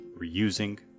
reusing